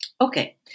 Okay